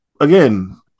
again